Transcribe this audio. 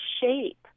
shape